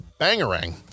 Bangarang